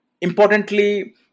Importantly